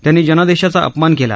त्यांनी जनादेशाचा अपमान केला